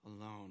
alone